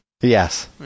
Yes